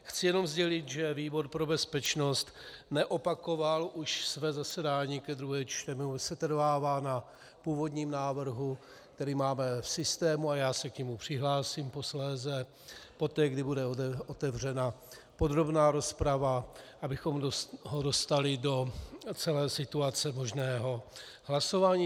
Chci jen sdělit, že výbor pro bezpečnost neopakoval už své zasedání ke druhému čtení, setrvává na původním návrhu, který máme v systému, a já se k němu přihlásím posléze, poté, kdy bude otevřena podrobná rozprava, abychom ho dostali do celé situace možného hlasování.